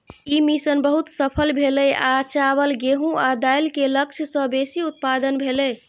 ई mission बहुत सफल भेलै आ चावल, गेहूं आ दालि के लक्ष्य सं बेसी उत्पादन भेलै